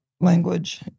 language